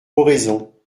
oraison